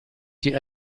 die